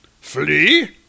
Flee